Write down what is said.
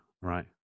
right